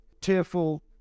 tearful